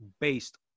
based